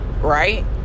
right